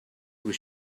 was